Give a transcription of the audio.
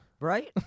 Right